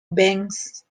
banks